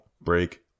break